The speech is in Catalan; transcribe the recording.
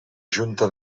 junta